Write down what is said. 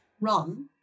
run